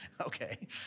Okay